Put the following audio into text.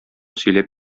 сөйләп